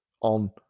on